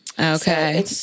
Okay